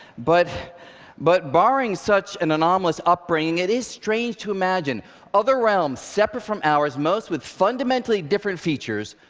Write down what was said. but but barring such an anomalous upbringing, it is strange to imagine other realms separate from ours, most with fundamentally different features,